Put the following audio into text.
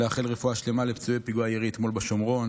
אני מבקש לאחל רפואה שלמה לפצועי פיגוע הירי אתמול בשומרון,